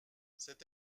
c’est